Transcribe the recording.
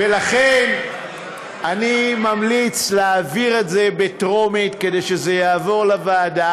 ולכן אני ממליץ להעביר את זה בטרומית כדי שזה יעבור לוועדה.